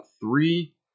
three